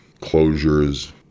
closures